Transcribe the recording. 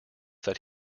that